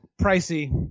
pricey